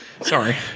Sorry